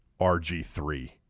RG3